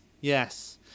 yes